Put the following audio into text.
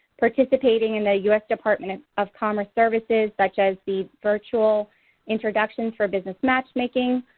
participating in a us department of commerce services, such as the virtual introduction for business matchmaking,